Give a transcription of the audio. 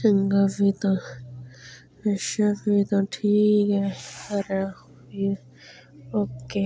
चंगी फ्ही तां अच्छा फ्ही तां ठीक ऐ खरा फ्ही ओके